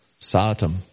Satam